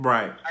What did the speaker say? Right